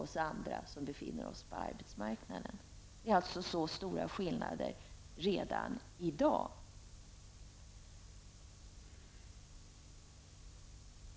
Skillnaderna är alltså redan i dag så stora.